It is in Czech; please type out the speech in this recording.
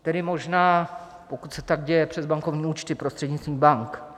Tedy možná, pokud se tak děje přes bankovní účty prostřednictvím bank.